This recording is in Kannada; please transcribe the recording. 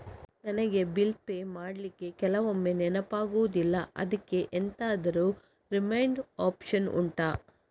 ನನಗೆ ಬಿಲ್ ಪೇ ಮಾಡ್ಲಿಕ್ಕೆ ಕೆಲವೊಮ್ಮೆ ನೆನಪಾಗುದಿಲ್ಲ ಅದ್ಕೆ ಎಂತಾದ್ರೂ ರಿಮೈಂಡ್ ಒಪ್ಶನ್ ಉಂಟಾ